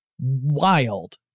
wild